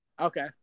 Okay